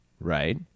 Right